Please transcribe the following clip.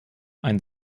ein